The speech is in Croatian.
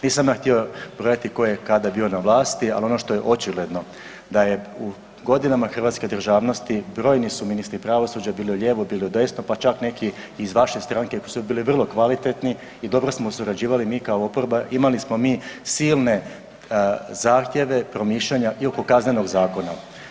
Nisam ja htio brojati tko je kada bio na vlasti ali ono što je očigledno da je u godinama hrvatske državnosti brojni su ministra pravosuđa bili lijevo bili u desno, pa čak neki i iz vaše stranke su bili vrlo kvalitetni i dobro smo surađivali, mi kao oporba imali smo mi silne zahtjeve, promišljanja i oko Kaznenog zakona.